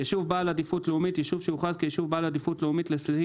"יישוב בעל עדיפות לאומית" ישוב שהוכרז כישוב בעל עדיפות לאומית לפי